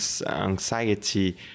anxiety